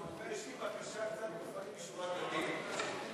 יש לי בקשה קצת לפנים משורת הדין.